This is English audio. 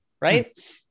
Right